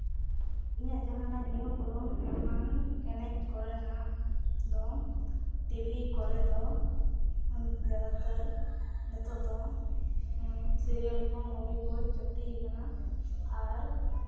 ᱤᱧᱟᱹᱜ ᱡᱟᱦᱟᱸᱱᱟᱜ ᱧᱩᱢᱼᱩᱨᱩᱢ ᱮᱢᱟᱱ ᱮᱱᱮᱡᱽ ᱠᱚᱨᱮᱱᱟᱜ ᱫᱚ ᱴᱤᱵᱷᱤ ᱠᱚᱨᱮ ᱫᱚ ᱩᱱ ᱡᱟᱫᱟᱛᱚᱨ ᱱᱤᱛᱳᱜ ᱫᱚ ᱥᱤᱨᱤᱭᱟᱞ ᱠᱚ ᱢᱩᱵᱷᱤ ᱠᱚ ᱪᱚᱞᱛᱤᱭᱟᱠᱟᱱᱟ ᱟᱨ